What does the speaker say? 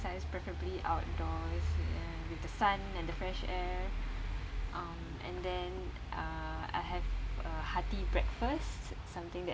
exercise preferably outdoors and with the sun and fresh air um and uh I have a hearty breakfast something that